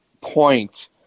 point